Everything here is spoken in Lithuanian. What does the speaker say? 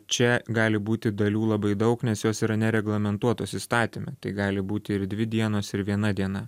čia gali būti dalių labai daug nes jos yra nereglamentuotos įstatyme tai gali būti ir dvi dienos ir viena diena